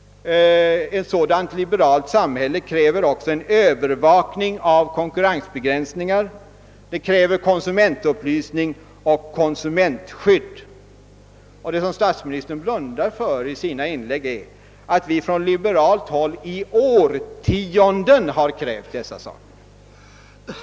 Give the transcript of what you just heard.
Ett sådant liberalt samhälle kräver också en övervakning av konkurrensbegränsningar, och det kräver konsumentupplysning och konsumentskydd. Något som statsministern blundar för i sina inlägg är att vi från liberalt håll i årtionden har krävt dessa saker.